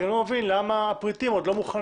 אני גם לא מבין למה הפריטים עוד לא מוכנים.